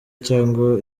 cyangwa